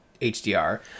HDR